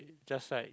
just like